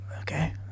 okay